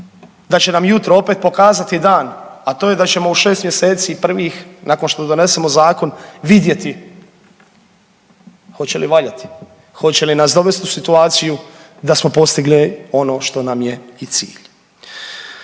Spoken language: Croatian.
da će nam jutro opet pokazati dan, a to je da ćemo u 6 mjeseci prvih nakon što donesemo zakon vidjeti hoće li valjati, hoće li nas dovest u situaciju da smo postigli ono što nam je i cilj